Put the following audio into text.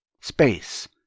space